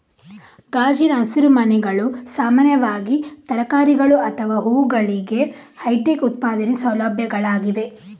ಗಾಜಿನ ಹಸಿರುಮನೆಗಳು ಸಾಮಾನ್ಯವಾಗಿ ತರಕಾರಿಗಳು ಅಥವಾ ಹೂವುಗಳಿಗೆ ಹೈಟೆಕ್ ಉತ್ಪಾದನಾ ಸೌಲಭ್ಯಗಳಾಗಿವೆ